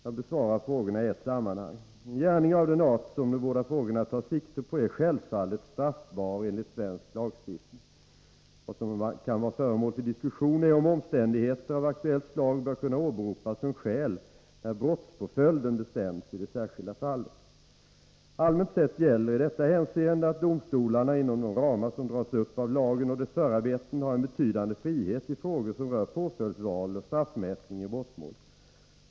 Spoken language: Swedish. Jag besvarar frågorna i ett sammanhang. En gärning av den art som de båda frågorna tar sikte på är självfallet straffbar enligt svensk lagstiftning. Vad som kan vara föremål för diskussion är om omständigheter av aktuellt slag bör kunna åberopas som skäl när brottspåföljden bestäms i det särskilda fallet. Allmänt sett gäller i detta hänseende att domstolarna, inom de ramar som dras upp av lagen och dess förarbeten, har en betydande frihet i frågor som rör påföljdsval och straffmätning i brottmål.